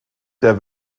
der